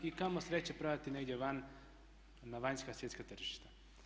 I kamo sreće prodati negdje van na vanjska svjetska tržišta.